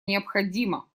необходима